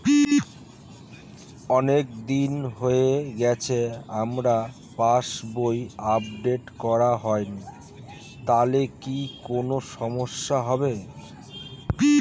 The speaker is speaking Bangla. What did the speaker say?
অনেকদিন হয়ে গেছে আমার পাস বই আপডেট করা হয়নি তাহলে কি কোন সমস্যা হবে?